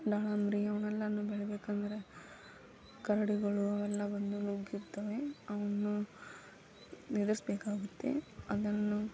ದಾಳಿಂಬೆ ಅವನ್ನೆಲ್ಲನೂ ಬೆಳಿಬೇಕೆಂದರೆ ಕರಡಿಗಳು ಅವೆಲ್ಲ ಬಂದು ನುಗ್ಗಿತ್ತವೆ ಅವನ್ನು ಎದುರ್ಸ್ಬೇಕಾಗುತ್ತೆ ಅದನ್ನು